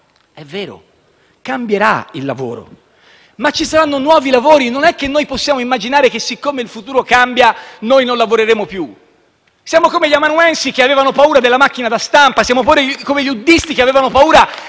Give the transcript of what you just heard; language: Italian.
È vero, cambierà il lavoro, ma ci saranno nuovi lavori: non è che possiamo immaginare che, siccome il futuro cambia, noi non lavoreremo più. Siamo come gli amanuensi che avevano paura della macchina da stampa; siamo come i luddisti che avevano paura